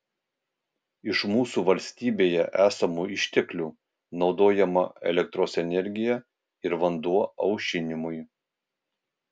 iš mūsų valstybėje esamų išteklių naudojama elektros energija ir vanduo aušinimui